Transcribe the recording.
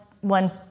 one